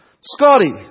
Scotty